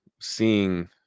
seeing